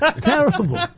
Terrible